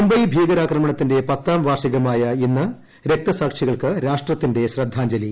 മുംബൈ ഭീകരാക്രമണത്തിന്റെ പത്താം വാർഷികമായ ഇന്ന് രക്തസാക്ഷികൾക്ക് രാഷ്ട്രത്തിന്റെ ശ്രദ്ധാജ്ഞലി